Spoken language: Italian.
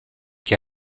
che